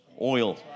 oil